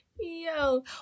Yo